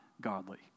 godly